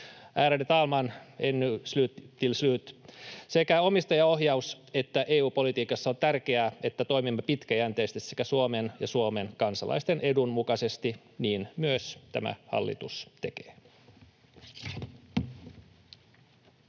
Ärade talman! Ännu till slut: Sekä omistajaohjaus- että EU-politiikassa on tärkeää, että toimimme pitkäjänteisesti sekä Suomen että Suomen kansalaisten edun mukaisesti. Niin myös tämä hallitus tekee.